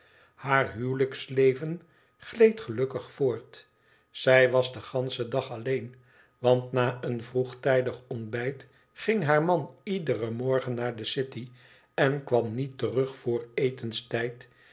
haar huwelijksleven gleed gelukkig voort zij was den ganschen dag alleen want na een vroegtijdig ontbijt ging haar man iederen morgen naar de city en kwam niet terug voor etenstijd